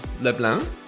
LeBlanc